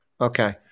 Okay